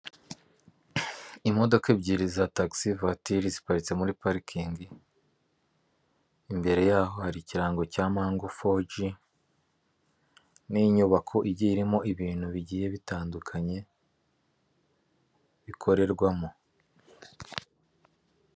Imodoka ebyiri za tagisi vatire ziparitse muri parikingi, imbere yaho hari ikirango cya mango foji n'inyubako igiye irimo ibintu bigiye bitandukanye bikorerwamo.